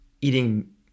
eating